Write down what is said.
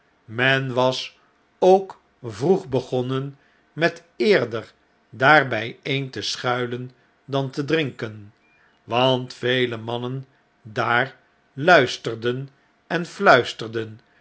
men was ook vroeg begonnen met eerder daar bjjeen te schuilen dan te drinken want vele mannen daar luisterden en fiuisterden